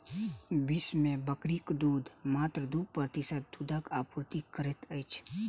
विश्व मे बकरीक दूध मात्र दू प्रतिशत दूधक आपूर्ति करैत अछि